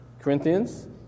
Corinthians